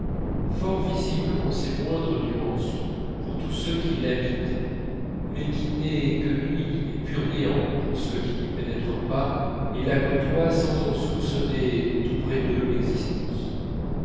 fort visible en ses moindres nuances pour tous ceux qui l'habitent mais qui n'est que nuit et pur néant pour ceux qui n'y pénètrent pas et la côtoient sans en soupçonner tout près d'eux l'existence